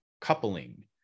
coupling